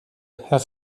herr